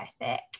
ethic